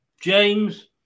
James